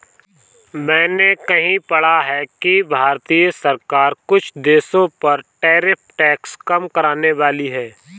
मैंने कहीं पढ़ा है कि भारतीय सरकार कुछ देशों पर टैरिफ टैक्स कम करनेवाली है